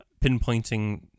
pinpointing